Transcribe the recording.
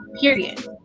period